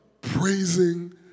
praising